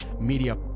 media